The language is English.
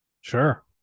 Sure